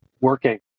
working